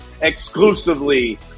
exclusively